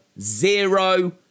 Zero